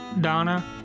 Donna